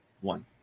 one